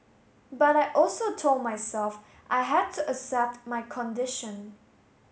but I also told myself I had to accept my condition